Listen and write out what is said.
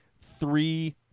three